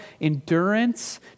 endurance